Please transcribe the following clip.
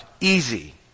Easy